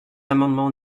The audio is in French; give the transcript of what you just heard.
amendements